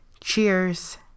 cheers